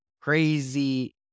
crazy